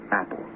Apple